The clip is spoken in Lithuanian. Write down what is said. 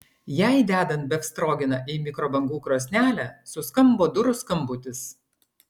jai dedant befstrogeną į mikrobangų krosnelę suskambo durų skambutis